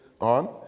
on